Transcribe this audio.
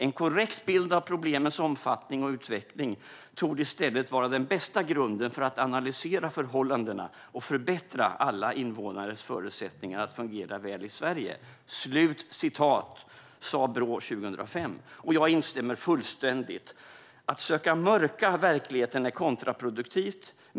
- En korrekt bild av problemens omfattning och utveckling torde i stället vara den bästa grunden för att analysera förhållandena och förbättra alla invånares förutsättningar att fungera väl i Sverige." Det sa Brå 2005. Jag instämmer fullständigt. Att söka mörka verkligheten är kontraproduktivt.